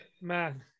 Man